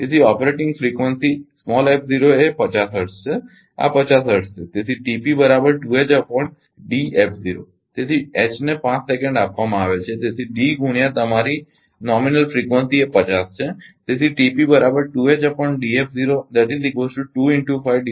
તેથી operating frequency એ 50 hertz છે આ 50 હર્ટ્ઝ છે તેથી તેથી H ને 5 સેકંડ આપવામાં આવેલ છે તેથી D ગુણ્યા તમારી નજીવી ફ્રિકવન્સી એ 50 છે